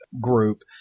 Group